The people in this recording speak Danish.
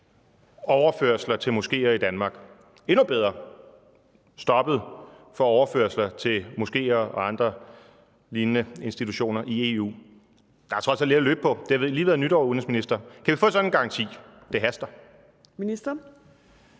udenrigsministeren sige, at der er stoppet for overførsler til moskeer og andre lignende institutioner i EU? Der er trods alt lidt tid at løbe på; det har lige været nytår, udenrigsminister. Kan vi få sådan en garanti? Det haster. Kl.